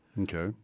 Okay